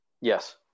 Yes